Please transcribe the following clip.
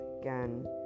again